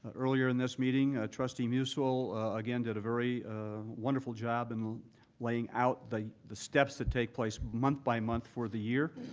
ah earlier in this meeting, trustee musil again did a very wonderful job in laying out the the steps that take place month-by-month for the year.